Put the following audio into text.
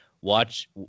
watch